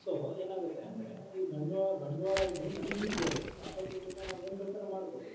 so ಏನಾಗುತ್ತೆ ಅಂದರೆ ಈ ಬಂಡವಾ ಬಂಡವಾಳ ಇದ್ದರೆ ನಮ್ಗೆ ಈಸಿಯಾಗುತ್ತೆ ಲಾಭದ ದುಡ್ಡಿಂದ ನಾವು ಏನು ಬೇಕಾದ್ರೆ ಮಾಡ್ಬೋದು